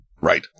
Right